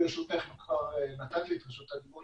אם כבר נתת לי את רשות הדיון,